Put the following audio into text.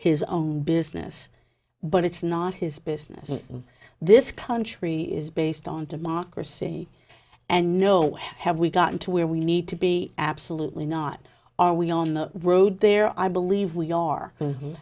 his own business but it's not his business this country is based on democracy and no way have we gotten to where we need to be absolutely not are we on the road there i believe we are